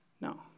No